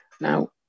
Now